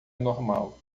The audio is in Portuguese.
normal